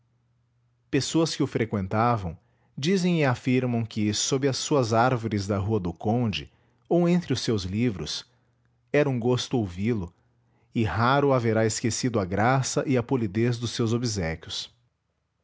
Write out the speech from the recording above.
pessoas que o freqüentavam dizem e afirmam que sob as suas árvores da rua do conde ou entre os seus livros era um gosto ouvi-lo e raro haverá esquecido a graça e a polidez dos seus